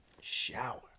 shower